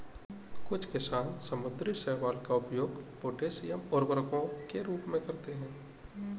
कुछ किसान समुद्री शैवाल का उपयोग पोटेशियम उर्वरकों के रूप में करते हैं